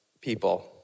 people